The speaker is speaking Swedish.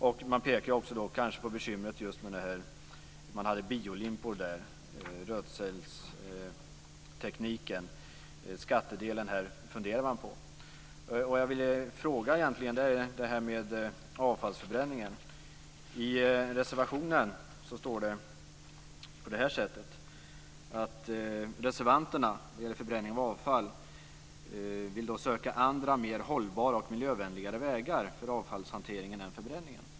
Och man pekar också då kanske på bekymret just med att man hade biolimpor där, rötcellstekniken, och man funderar på skattedelen. reservationen står det att reservanterna när det gäller förbränning av avfall vill "- söka andra mer hållbara och miljövänligare vägar för avfallshanteringen än förbränning".